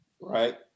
right